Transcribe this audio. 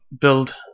build